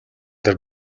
дээр